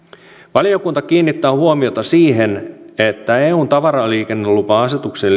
valiokunta kiinnittää huomiota siihen että eun tavaraliikennelupa asetukseen